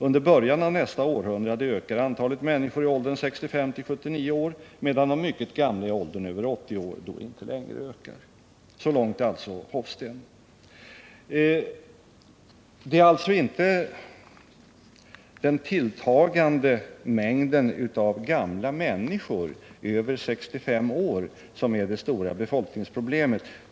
Under början av nästa århundrande ökar antalet människor i åldern 65-79 år, medan de mycket gamla i åldern över 80 år då inte längre ökar.” Det är alltså inte den tilltagande mängden av människor över 65 år som är det stora befolkningsproblemet.